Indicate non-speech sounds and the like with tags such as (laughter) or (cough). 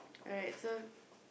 (noise) alright so